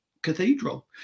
cathedral